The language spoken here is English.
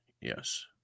Yes